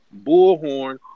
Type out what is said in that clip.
Bullhorn